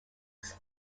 was